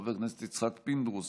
חבר הכנסת יצחק פינדרוס,